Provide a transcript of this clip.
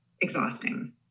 exhausting